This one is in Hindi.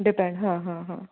डिपेंड हाँ हाँ हाँ